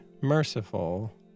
merciful